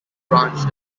branch